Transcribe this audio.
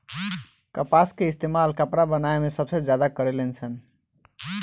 कपास के इस्तेमाल कपड़ा बनावे मे सबसे ज्यादा करे लेन सन